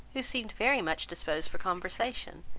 who seemed very much disposed for conversation,